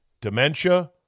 dementia